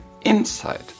inside